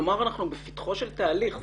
כלומר, אנחנו בפתחו של תהליך.